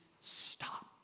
stop